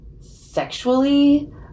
sexually